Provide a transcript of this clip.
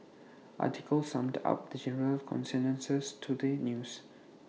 article summed up the general consensus to the news